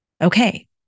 Okay